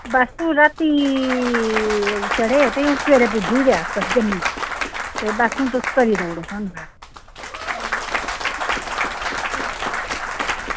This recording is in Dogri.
बस्स रातीं अस चढ़े ते सबेरै अस पुज्जी दे जम्मू ते बस हून तुस करी देई ओड़ो स्हानू